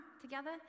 together